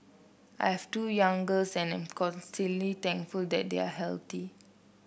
I have two young girls and constantly thankful that they are healthy